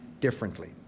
differently